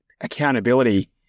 accountability